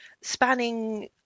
spanning